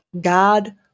God